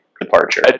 departure